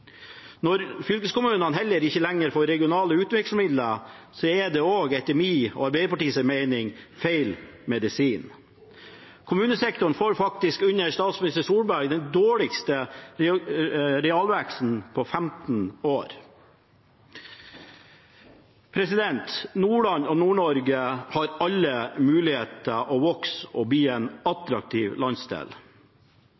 Når fylkeskommunene heller ikke lenger får regionale utviklingsmidler, er det etter min og Arbeiderpartiets mening feil medisin. Kommunesektoren får under statsminister Solberg faktisk den dårligste realveksten på 15 år. Nordland og Nord-Norge har alle muligheter til å vokse og bli en